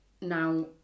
Now